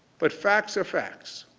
but, facts are facts.